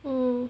mm